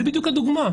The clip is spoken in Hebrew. זאת בדיוק הדוגמה.